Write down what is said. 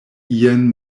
ien